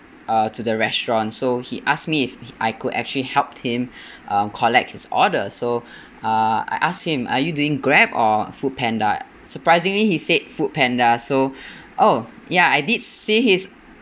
uh to the restaurant so he asked me if I could actually helped him um collect his order so uh I asked him are you doing Grab or foodpanda surprisingly he said foodpanda so oh ya I did see his